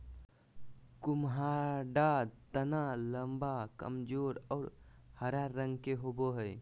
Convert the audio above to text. कुम्हाडा तना लम्बा, कमजोर और हरा रंग के होवो हइ